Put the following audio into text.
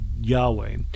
yahweh